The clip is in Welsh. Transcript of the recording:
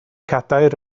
cadair